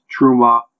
Truma